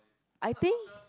I think